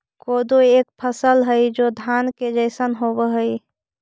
कोदो एक फसल हई जो धान के जैसन होव हई